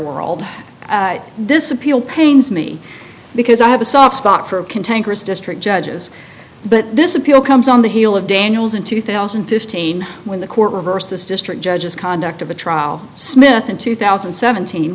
world this appeal pains me because i have a soft spot for containers district judges but this appeal comes on the heel of daniels in two thousand and fifteen when the court reversed this district judges conduct of a trial smith in two thousand and seventeen